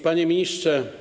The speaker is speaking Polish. Panie Ministrze!